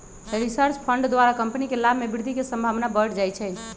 research fund द्वारा company के लाभ में वृद्धि के संभावना बढ़ जाइ छइ